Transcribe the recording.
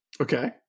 Okay